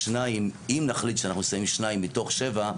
אם נחליט שאנחנו שמים שניים מתוך שבע,